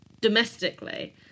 domestically